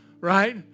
Right